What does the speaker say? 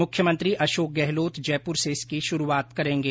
मुख्यमंत्री अशोक गहलोत जयपुर से इसकी शुरूआत करेंगे